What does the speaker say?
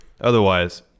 Otherwise